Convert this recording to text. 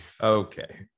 okay